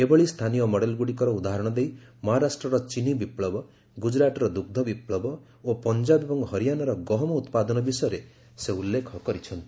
ଏଭଳି ସ୍ଥାନୀୟ ମଡେଲ ଗୁଡ଼ିକର ଉଦାହରଣ ଦେଇ ମହାରାଷ୍ଟ୍ରର ଚିନି ବିପ୍ଳବ ଗୁଜୁରାଟର ଦୁଗ୍ଧ ବିପ୍ଳବ ଓ ପଞ୍ଜାବ ଏବଂ ହରିୟାନାର ଗହମ ଉତ୍ପାଦନ ବିଷୟରେ ସେ ଉଲ୍ଲେଖ କରିଛନ୍ତି